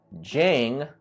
jing